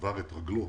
שבר את רגלו.